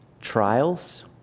trials